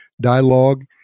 dialogue